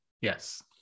Yes